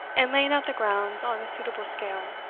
and laying out the grounds on a suitable scale.